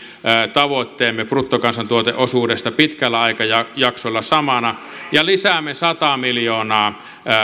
tavoitteemme bruttokansantuoteosuudesta pitkällä aikajaksolla samana ja lisäämme sata miljoonaa